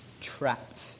Trapped